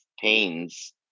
pains